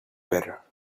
better